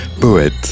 poète